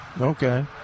Okay